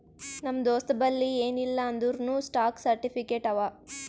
ನಮ್ ದೋಸ್ತಬಲ್ಲಿ ಎನ್ ಇಲ್ಲ ಅಂದೂರ್ನೂ ಸ್ಟಾಕ್ ಸರ್ಟಿಫಿಕೇಟ್ ಅವಾ